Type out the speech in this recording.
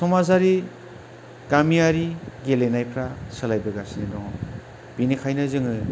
समाजारि गामियारि गेलेनायफ्रा सोलायबोगासिनो दङ बेनिखायनो जोङो